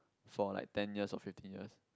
for like ten years or fifteen years